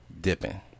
dipping